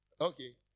Okay